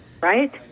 right